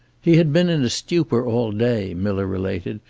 he had been in a stupor all day, miller related,